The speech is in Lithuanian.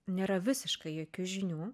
nėra visiškai jokių žinių